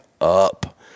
up